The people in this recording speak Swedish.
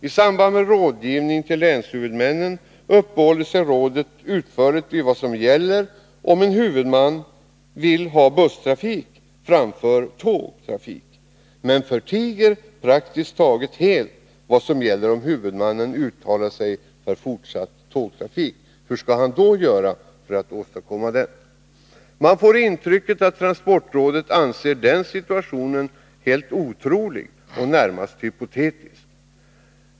I samband med rådgivning till länshuvudmännen uppehåller sig rådet utförligt vid vad som gäller om en huvudman vill ha busstrafik framför tågtrafik, men förtiger praktiskt taget helt vad som gäller om huvudmannen uttalar sig för fortsatt tågtrafik. Hur skall han då göra för att åstadkomma det? Man får intrycket att transportrådet anser den situationen otrolig och närmast hypotetisk.